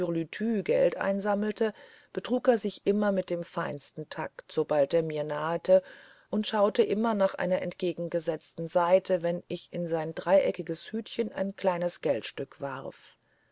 geld einsammelte betrug er sich immer mit dem feinsten takt sobald er mir nahete und er schaute immer nach einer entgegengesetzten seite wenn ich in sein dreieckiges hütchen ein kleines geldstück warf